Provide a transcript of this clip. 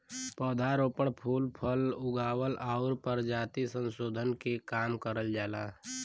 पौध रोपण, फूल फल उगावल आउर परजाति संसोधन के काम करल जाला